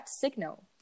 signal